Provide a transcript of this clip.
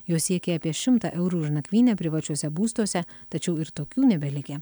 jos siekė apie šimtą eurų už nakvynę privačiuose būstuose tačiau ir tokių nebelikę